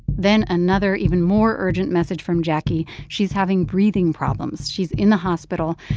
then another, even more urgent message from jacquie she's having breathing problems. she's in the hospital.